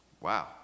Wow